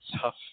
tough